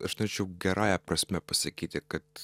aš norėčiau gerąja prasme pasakyti kad